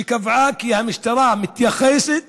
שקבעה כי המשטרה מתייחסת